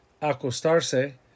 acostarse